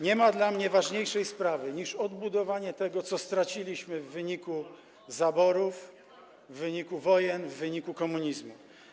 Nie ma dla mnie sprawy ważniejszej niż odbudowanie tego, co straciliśmy w wyniku zaborów, w wyniku wojen, w wyniku komunizmu.